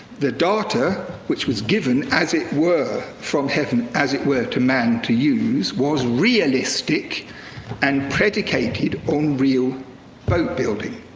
the data, which was given, as it were, from heaven, as it were, to man to use was realistic and predicated on real boat building.